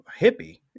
hippie